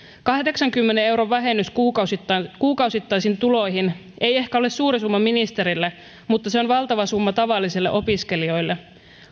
kahdeksankymmenen euron vähennys kuukausittaisiin tuloihin ei ehkä ole suuri summa ministerille mutta se on valtava summa tavallisille opiskelijoille